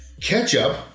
Ketchup